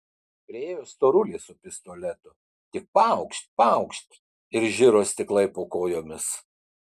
priėjo storulis su pistoletu tik paukšt paukšt ir žiro stiklai po kojomis